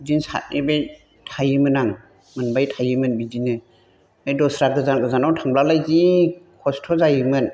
बिदिनो साथहैबाय थायोमोन आं मोनबाय थायोमोन बिदिनो बे दस्रा गोजान गोजानाव थांब्लाय जि खस्थ' जायोमोन